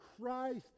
Christ